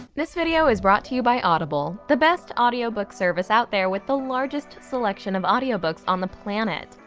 this video is brought to you by audible. the best audiobook service out there with the largest selection of audio books on the planet.